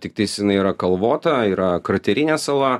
tiktais jinai yra kalvota yra kraterinė sala